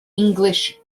english